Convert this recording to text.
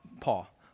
Paul